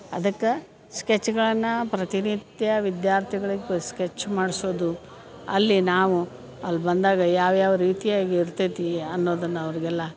ಅದಕ್ಕೆ ಸ್ಕೆಚ್ಗಳನ್ನು ಪ್ರತಿನಿತ್ಯ ವಿದ್ಯಾರ್ಥಿಗಳಿಗೂ ಸ್ಕೆಚ್ ಮಾಡಿಸೋದು ಅಲ್ಲಿ ನಾವು ಅಲ್ಲಿ ಬಂದಾಗ ಯಾವ್ಯಾವ ರೀತಿಯಾಗಿ ಇರ್ತೈತಿ ಅನ್ನೋದನ್ನು ಅವ್ರಿಗೆಲ್ಲ